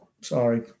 sorry